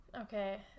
okay